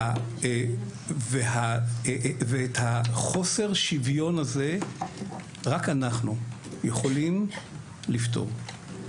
את חוסר השוויון הזה רק אנחנו יכולים לפתור.